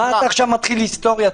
מה אתה מתחיל היסטוריה?